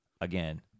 again